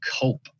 cope